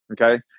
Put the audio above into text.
okay